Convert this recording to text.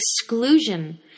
exclusion